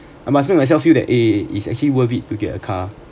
I'm asking myself feel that eh is actually worth it to get a car